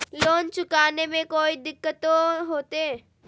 Loan चुकाने में कोई दिक्कतों होते?